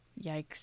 Yikes